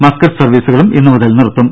Muscat സർവീസുകളും ഇന്ന് മുതൽ നിർത്തും